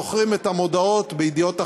זוכרים את המודעות ב"ידיעות אחרונות"